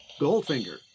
Goldfinger